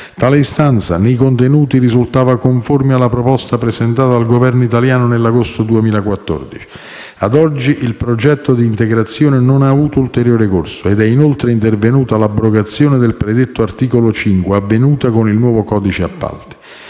Tale istanza, nei contenuti, risultava conforme alla proposta presentata dal Governo italiano nell'agosto 2014. Ad oggi il progetto di integrazione non ha avuto ulteriore corso ed è inoltre intervenuta l'abrogazione del predetto articolo 5 a seguito del nuovo codice degli